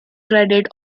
credit